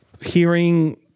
hearing